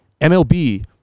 MLB